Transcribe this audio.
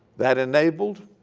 that enabled